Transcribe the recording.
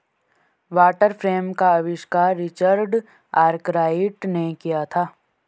water frame का आविष्कार Richard Arkwright ने किया था